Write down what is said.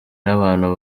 n’abantu